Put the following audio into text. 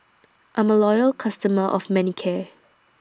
I'm A Loyal customer of Manicare